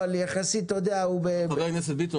אבל יחסית אתה יודע --- חבר הכנסת ביטון,